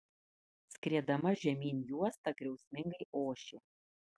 skriedama žemyn juosta griausmingai ošė